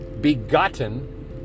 begotten